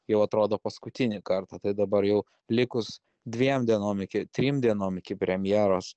jau atrodo paskutinį kartą tai dabar jau likus dviem dienom iki trim dienom iki premjeros